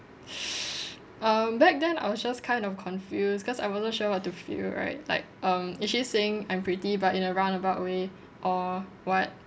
um back then I was just kind of confused cause I wasn't sure what to feel right like um is she saying I'm pretty but in a round about way or what